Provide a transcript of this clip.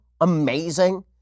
amazing